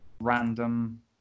Random